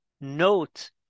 note